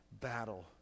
battle